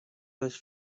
was